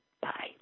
Bye